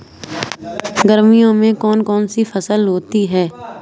गर्मियों में कौन कौन सी फसल होती है?